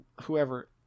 whoever